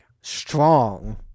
strong